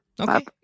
Okay